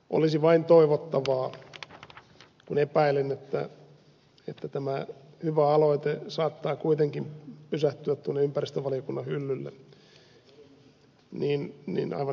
olisi vain toivottavaa kun epäilen että tämä hyvä aloite saattaa kuitenkin pysähtyä tuonne ympäristövaliokunnan hyllylle aivan niin ed